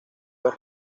pues